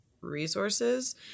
resources